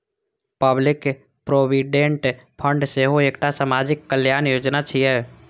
public provident fund सेहो एकटा सामाजिक कल्याण योजना छियै